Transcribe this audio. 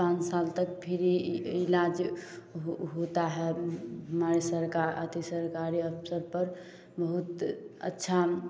पाँच साल तक फ्री इलाज होता है हमारे सरकार यदि सरकारी अफसर पर बहुत अच्छा